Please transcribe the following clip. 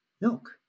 milk